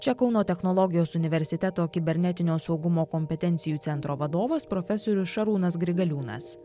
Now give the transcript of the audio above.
čia kauno technologijos universiteto kibernetinio saugumo kompetencijų centro vadovas profesorius šarūnas grigaliūnas